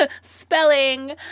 spelling